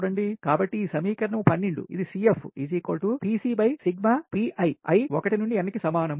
కాబట్టి ఈ సమీకరణం 12 ఇది CF Pc sigma Pi i 1 నుండి n కి సమానం